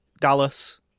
Dallas